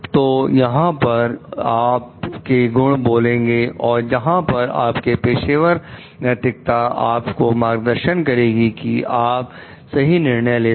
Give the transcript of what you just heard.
तो यहां पर आप के गुण बोलेंगे और जहां पर आपके पेशेवर नैतिकता आपको मार्गदर्शन करेगी कि आप सही निर्णय ले सके